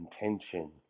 intention